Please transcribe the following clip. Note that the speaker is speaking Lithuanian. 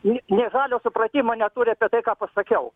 ji nė žalio supratimo neturi apie tai ką pasakiau